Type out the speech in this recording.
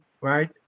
right